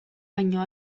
baino